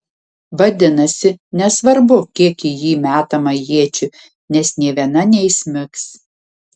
vadinasi nesvarbu kiek į jį metama iečių nes nė viena neįsmigs